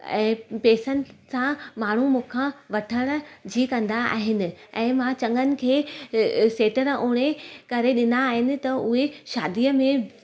ऐं पेसनि सां माण्हू मूंखां वठण जी कंदा आहिनि ऐं मां चङनि खे सीटर उणे करे ॾिना आहिनि त उहे शादीअ में